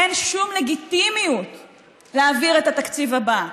אין שום לגיטימיות להעביר את התקציב הבא.